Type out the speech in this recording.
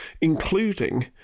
including